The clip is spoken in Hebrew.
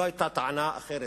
לא היתה טענה אחרת,